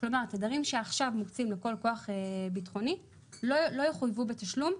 כלומר התדרים שעכשיו מוקצים לכל כוח בטחוני לא יחויבו בתשלום,